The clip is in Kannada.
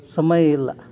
ಸಮಯ ಇಲ್ಲ